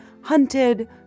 hunted